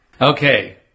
Okay